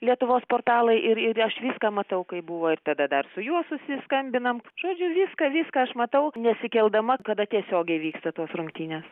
lietuvos portalai ir ir aš viską matau kaip buvo ir tada dar su juo susiskambinam žodžiu viską viską aš matau nesikeldama kada tiesiogiai vyksta tos rungtynės